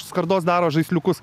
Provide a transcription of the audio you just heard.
skardos daro žaisliukus